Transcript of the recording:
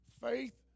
Faith